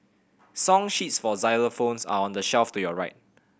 song sheets for xylophones are on the shelf to your right